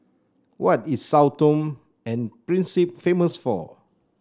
what is Sao Tome and Principe famous for